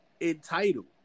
entitled